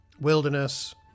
wilderness